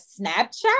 Snapchat